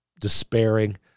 despairing